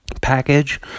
package